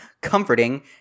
comforting